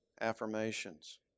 affirmations